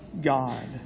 God